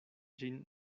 ĝin